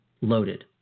Loaded